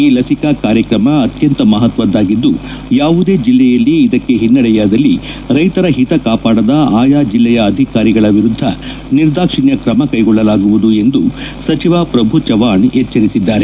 ಈ ಲಸಿಕಾ ಕಾರ್ಯಕ್ರಮ ಅತ್ಯಂತ ಮಹತ್ವದ್ದಾಗಿದ್ದು ಯಾವುದೇ ಜಿಲ್ಲೆಗಳಲ್ಲಿ ಇದಕ್ಕೆ ಹಿನ್ನೆಡೆಯಾದಲ್ಲಿ ರೈತರ ಹಿತ ಕಾಪಾಡದ ಆಯಾ ಜಿಲ್ಲೆಯ ಅಧಿಕಾರಿಗಳ ವಿರುದ್ದ ನಿರ್ದಾಕ್ಷಣ್ಯ ಕ್ರಮ ಕೈಗೊಳ್ಳಲಾಗುವುದು ಎಂದು ಸಚಿವ ಪ್ರಭು ಚವ್ವಾಣ್ ಎಚ್ವರಿಸಿದ್ದಾರೆ